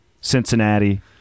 Cincinnati